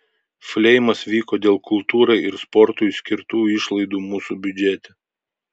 fleimas vyko dėl kultūrai ir sportui skirtų išlaidų mūsų biudžete